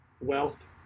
Wealth